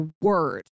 word